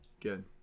good